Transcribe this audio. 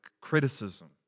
criticism